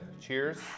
Cheers